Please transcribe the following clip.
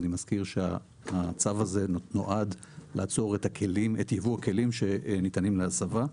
אני מזכיר שהצו הזה נועד לעצור את ייבוא הכלים שניתנים להסבה.